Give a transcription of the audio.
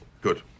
Good